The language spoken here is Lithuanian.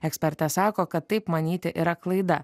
ekspertė sako kad taip manyti yra klaida